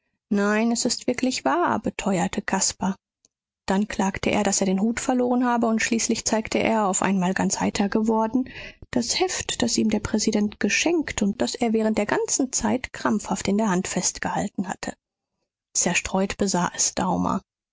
nein es ist wirklich wahr beteuerte caspar dann klagte er daß er den hut verloren habe und schließlich zeigte er auf einmal ganz heiter geworden das heft das ihm der präsident geschenkt und das er während der ganzen zeit krampfhaft in der hand festgehalten hatte zerstreut besah es daumer